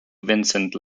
vincent